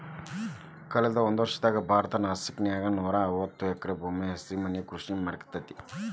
ಕಳದ ಒಂದ್ವರ್ಷದಾಗ ಭಾರತದ ನಾಸಿಕ್ ನ್ಯಾಗ ನೂರಾಐವತ್ತ ಎಕರೆ ಭೂಮ್ಯಾಗ ಹಸಿರುಮನಿ ಕೃಷಿ ಮಾಡ್ಲಾಗೇತಿ